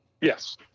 Yes